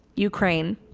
ukraine.